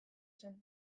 zen